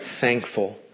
thankful